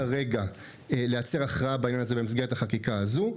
כרגע הכרעה בעניין זה במסגרת החקיקה הזו.